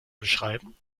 beschreiben